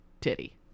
titty